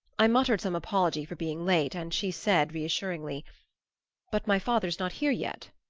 i muttered some apology for being late, and she said reassuringly but my father's not here yet.